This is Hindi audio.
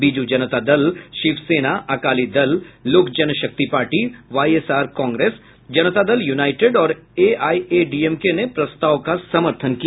Biju Janata Dal Shiv Sena Akali Dal Lok Janshakti party Y S R Congress Janata Dal United और एआईए डीएमके ने प्रस्ताव का समर्थन किया